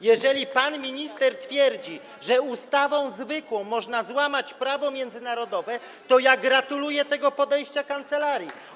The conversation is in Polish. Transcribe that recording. Jeżeli pan minister twierdzi, że ustawą zwykłą można złamać prawo międzynarodowe, to ja gratuluję tego podejścia kancelarii.